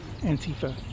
Antifa